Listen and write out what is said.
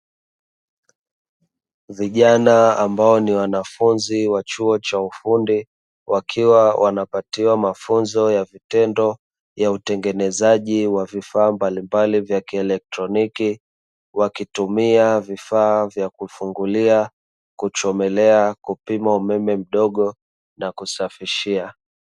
Vijana ambao ni wanafunzi wa chuo cha ufundi wakiwa, wanapatiwa mafunzo ya vitendo ya utengenezaji wa vifaa mbalimbali vya kielektroniki. Wakitumia vifaa vya kufungulia kuchomelea kupima umeme mdogo na kusafishia.